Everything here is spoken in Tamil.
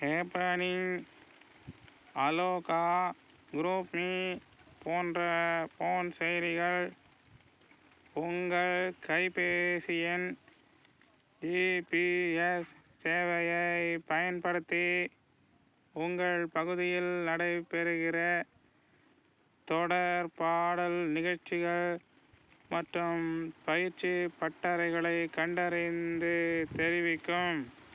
ஹேப்பனிங் அலோகா குரூப்மீ போன்ற போன் செயலிகள் உங்கள் கைப்பேசியின் ஜிபிஎஸ் சேவையைப் பயன்படுத்தி உங்கள் பகுதியில் நடைபெறுகிற தொடர்பாடல் நிகழ்ச்சிகள் மற்றும் பயிற்சிப் பட்டறைகளைக் கண்டறிந்து தெரிவிக்கும்